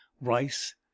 rice